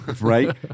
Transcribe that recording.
Right